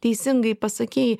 teisingai pasakei